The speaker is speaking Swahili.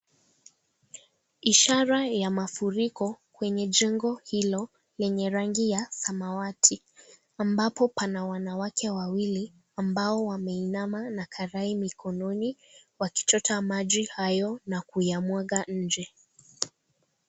Ishara ya mafuriko, kwenye jengo hilo, lenye rangi ya samawati, ambapo pana wanawake wawili, ambao wameinama na karai mikononi wakichota maji hayo, na kuyamwaga nje.